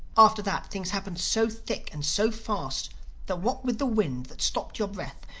after that things happened so thick and so fast that what with the wind that stopped your breath,